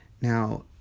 Now